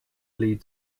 lead